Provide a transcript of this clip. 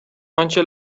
آنچه